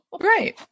Right